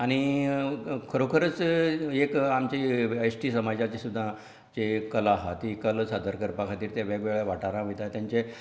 आनी खरोखरच एक आमची एस टी समाजाची सुद्दां जी कला आहा ती कला सादर करपा खातीर ते वेगवेगळ्या वाठारांत वयता तेंचे